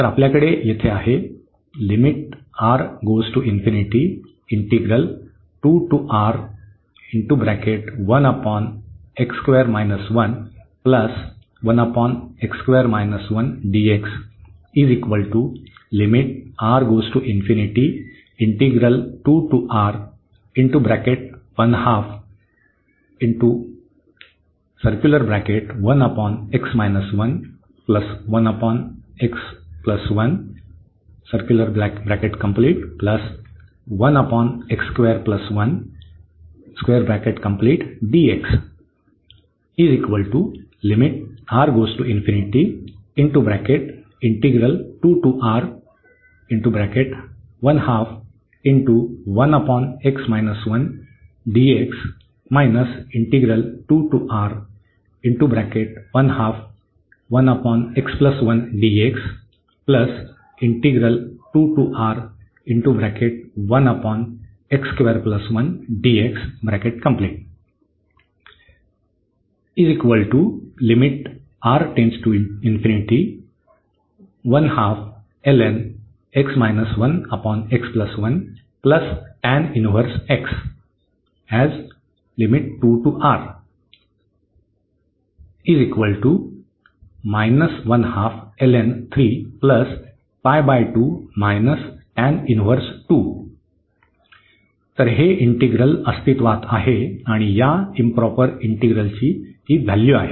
तर आपल्याकडे येथे आहे तर हे इंटिग्रल अस्तित्त्वात आहे आणि ही या इंप्रॉपर इंटिग्रलची व्हॅल्यू आहे